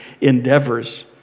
endeavors